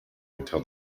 until